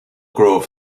grove